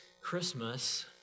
Christmas